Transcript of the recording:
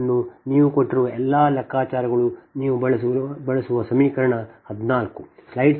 ಅನ್ನು ನೀವು ಕೊಟ್ಟಿರುವ ಎಲ್ಲಾ ಲೆಕ್ಕಾಚಾರಗಳು ನೀವು ಬಳಸುವ ಸಮೀಕರಣ 14